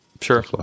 Sure